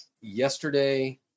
Yesterday